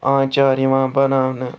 آنچار یِوان بَناونہٕ